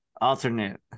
Alternate